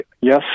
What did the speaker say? Yes